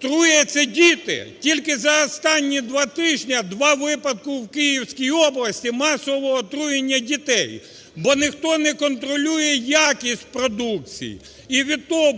труяться діти. Тільки за останні два тижня два випадки у Київській області масового отруєння дітей, бо ніхто не контролює якість продукції, і від